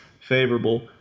favorable